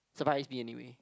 surprise me anyway